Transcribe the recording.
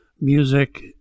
music